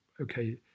okay